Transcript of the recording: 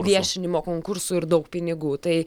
viešinimo konkursų ir daug pinigų tai